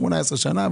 18 שנה.